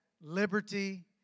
liberty